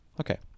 Okay